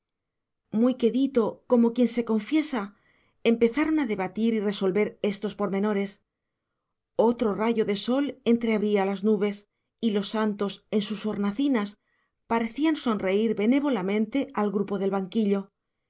muy quedito como quien se confiesa empezaron a debatir y resolver estos pormenores otro rayo de sol entreabría las nubes y los santos en sus hornacinas parecían sonreír benévolamente al grupo del banquillo